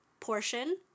portion